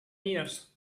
years